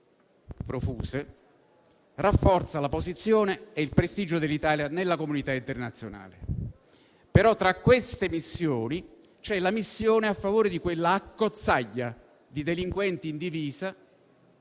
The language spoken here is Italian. profuse, rafforza la posizione e il prestigio dell'Italia nella comunità internazionale. Però tra queste missioni c'è la missione a favore di quella accozzaglia di delinquenti in divisa,